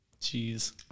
Jeez